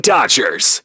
Dodgers